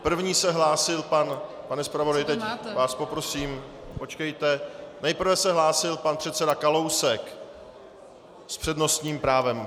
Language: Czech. První se hlásil pane zpravodaji, teď vás poprosím počkejte, nejprve se hlásil pan předseda Kalousek s přednostním právem.